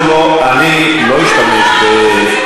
מה זה?